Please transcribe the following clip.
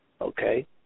Okay